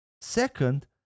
Second